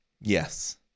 Yes